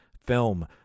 film